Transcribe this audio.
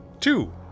Two